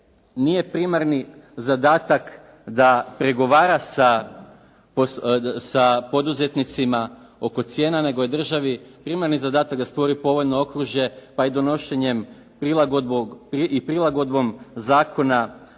nije primarni zadatak da pregovara sa poduzetnicima oko cijena, nego je državi primarni zadatak da stvori povoljno okružje pa i donošenjem i prilagodbom Zakona